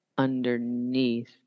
underneath